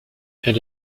elle